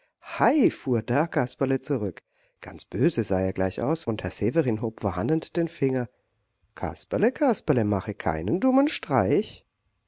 hei fuhr da kasperle zurück ganz böse sah er gleich aus und herr severin hob warnend den finger kasperle kasperle mache keinen dummen streich